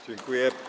Dziękuję.